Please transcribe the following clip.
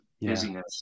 busyness